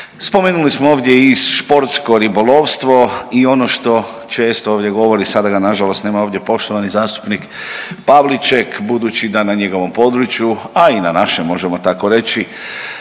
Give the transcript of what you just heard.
Spomenuli smo ovdje i sportsko ribolovstvo i ono što često ovdje govori, sada ga nažalost nema ovdje poštovani zastupnik Pavliček, budući da na njegovom području, a i na našem možemo tako reći